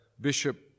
Bishop